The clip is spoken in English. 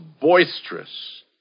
boisterous